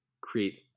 create